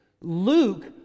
Luke